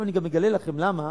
עכשיו אני גם אגלה לכם למה